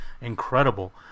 incredible